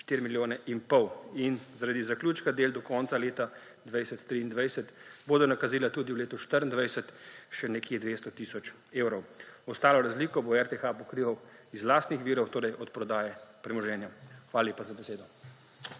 4 milijone in pol in zaradi zaključka del do konca leta 2023 bodo nakazila tudi v letu 2024 še okoli 200 tisoč evrov. Ostalo razliko bo RTH pokrival iz lastnih virov, torej odprodaje premoženja. Hvala lepa za besedo.